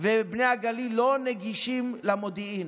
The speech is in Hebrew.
ובני הגליל לא נגישים למודיעין.